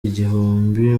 igihumbi